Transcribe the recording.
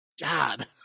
god